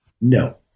No